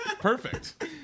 Perfect